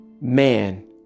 Man